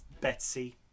Betsy